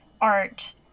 art